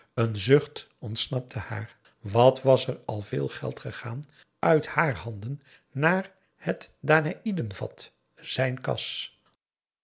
een zucht ontsnapte haar wat was er al veel geld gegaan uit haar handen naar het danaïden vat zijn kas